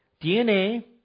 DNA